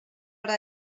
hora